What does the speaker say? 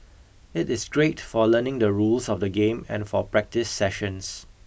it is great for learning the rules of the game and for practice sessions